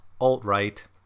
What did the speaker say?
alt-right